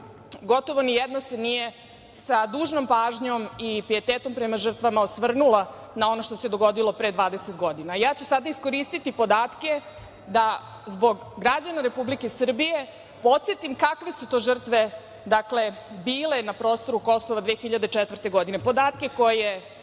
gotovo ni jedna nije sa dužnom pažnjom i pijetetom prema žrtvama osvrnula na ono što se dogodilo pre 20 godina. Ja ću sada iskoristiti podatke da zbog građana Republike Srbije podsetim kakve su to žrtve bile na prostoru Kosova 2004. godine. Podatke koje